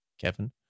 Kevin